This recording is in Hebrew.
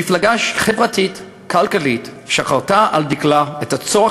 מפלגה חברתית-כלכלית שחרתה על דגלה את הצורך